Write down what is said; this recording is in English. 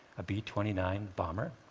a b twenty nine bomber